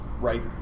Right